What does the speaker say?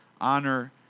Honor